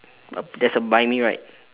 there's a buy me right